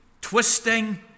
twisting